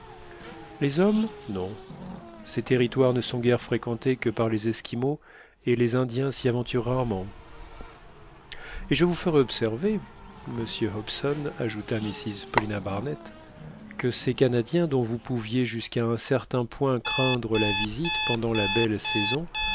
les hommes non ces territoires ne sont guère fréquentés que par les esquimaux et les indiens s'y aventurent rarement et je vous ferai observer monsieur hobson ajouta mrs paulina barnett que ces canadiens dont vous pouviez jusqu'à un certain point craindre la visite pendant la belle saison